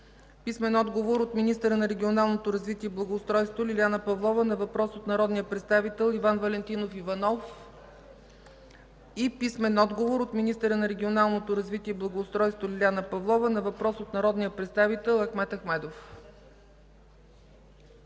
Маринска; - министъра на регионалното развитие и благоустройството Лиляна Павлова на въпрос от народния представител Иван Валентинов Иванов; - министъра на регионалното развитие и благоустройството Лиляна Павлова на въпрос от народния представител Ахмед Ахмедов.